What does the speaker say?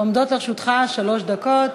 עומדות לרשותך שלוש דקות.